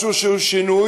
משהו שהוא שינוי,